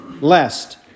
lest